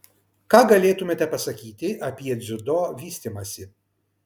ką galėtumėte pasakyti apie dziudo vystymąsi